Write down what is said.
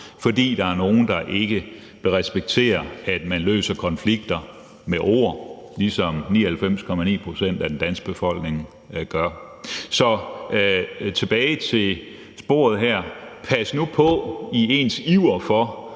fordi der er nogle, der ikke vil respektere, at man løser konflikter med ord, ligesom 99,9 pct. af den danske befolkning gør. Så tilbage til sporet her. Pas nu på i jeres iver for